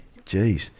jeez